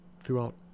throughout